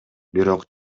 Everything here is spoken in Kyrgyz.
бирок